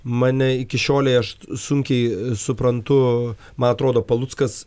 mane iki šiolei aš sunkiai suprantu man atrodo paluckas